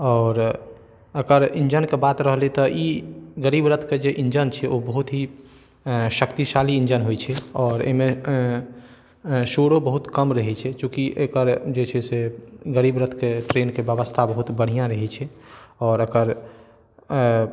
आओर एकर इन्जनके बात रहलै तऽ ई गरीब रथके जे इन्जन छै ओ बहुत ही शक्तिशाली इन्जन होइ छै आओर एहिमे शोरो बहुत कम रहै छै चूँकि एकर जे छै से गरीब रथके ट्रेनके व्यवस्था बहुत बढ़िऑं रहै छै आओर एकर